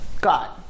God